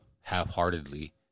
half-heartedly